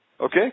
Okay